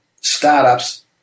startups